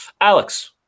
Alex